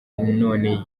none